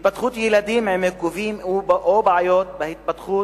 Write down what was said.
התפתחות של ילדים עם עיכובים או עם בעיות התפתחות